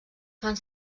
fan